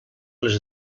les